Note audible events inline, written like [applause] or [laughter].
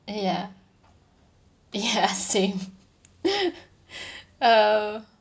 ya ya same [laughs] uh